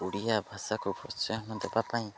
ଓଡ଼ିଆ ଭାଷାକୁ ପ୍ରୋତ୍ସାହନ ଦେବା ପାଇଁ